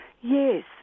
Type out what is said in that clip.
Yes